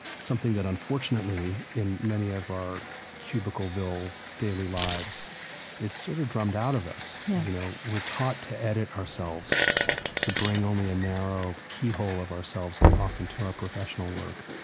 something that unfortunately in many of our cubicle-ville daily lives is sort of drummed out of us yeah you know, we're taught to edit ourselves to bring only a narrow keyhole of ourselves often to our professional work.